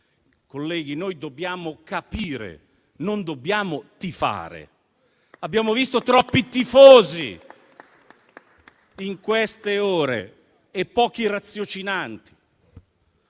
Colleghi, noi dobbiamo capire, non dobbiamo tifare. Abbiamo visto troppi tifosi nelle ultime ore e pochi raziocinanti.